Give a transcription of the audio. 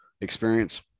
experience